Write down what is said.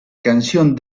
canción